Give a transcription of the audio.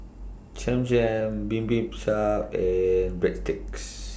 Cham Cham Bibimbap and Breadsticks